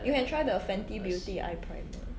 you can try the Fenty Beauty eye primer